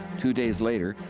two days later,